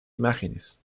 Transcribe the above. imágenes